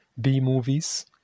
B-movies